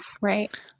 Right